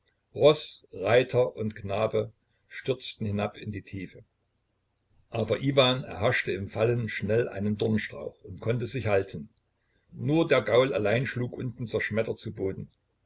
roß reiter und knabe stürzten hinab in die tiefe aber iwan erhaschte im fallen schnell einen dornstrauch und konnte sich halten nur der gaul allein schlug unten zerschmettert zu boden